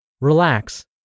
relax